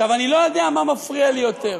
עכשיו, אני לא יודע מה מפריע לי יותר,